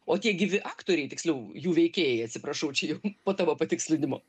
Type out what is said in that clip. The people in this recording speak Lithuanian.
o tie gyvi aktoriai tiksliau jų veikėjai atsiprašau čia jau po tavo patikslinimo